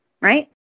right